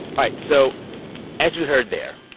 right. so as you heard there,